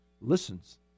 listens